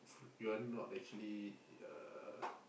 you are not actually uh